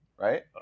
right